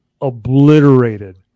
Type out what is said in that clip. obliterated